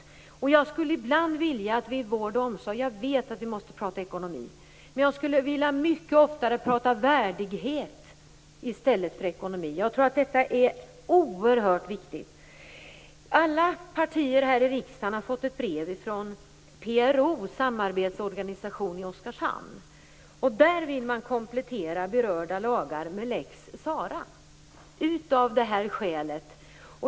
Jag vet att vi måste prata ekonomi i fråga om vård och omsorg, men jag skulle mycket oftare vilja prata värdighet. Jag tror att det är oerhört viktigt. Alla partier i riksdagen har fått ett brev från PRO:s samarbetsorganisation i Oskarshamn. Där vill man komplettera berörda lagar med lex Sarah av det här skälet.